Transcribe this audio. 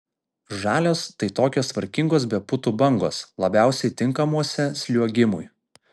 žalios tai tokios tvarkingos be putų bangos labiausiai tinkamuose sliuogimui